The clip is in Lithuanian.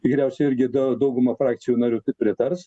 tikriausiai irgi da dauguma frakcijų narių pritars